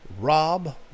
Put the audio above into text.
Rob